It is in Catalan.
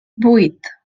vuit